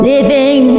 Living